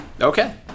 Okay